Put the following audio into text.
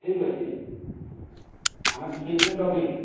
ଠିକ୍ ଅଛି ଆମେ ତ ସେଇଥି ପାଇଁ ଡକେଇଛୁ